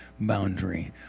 boundary